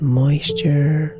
moisture